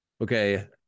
Okay